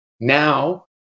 now